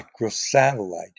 microsatellite